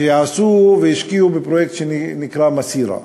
שעשו והשקיעו בפרויקט שנקרא "מסירה",